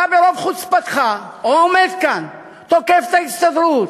אתה ברוב חוצפתך עומד כאן, תוקף את ההסתדרות.